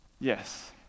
yes